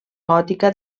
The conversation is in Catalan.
gòtica